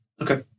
Okay